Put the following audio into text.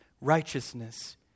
righteousness